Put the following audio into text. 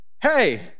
Hey